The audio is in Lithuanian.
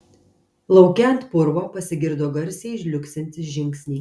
lauke ant purvo pasigirdo garsiai žliugsintys žingsniai